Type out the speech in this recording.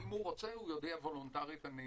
ואם הוא רוצה, הוא יודיע וולונטרית: אני